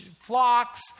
flocks